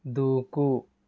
దూకు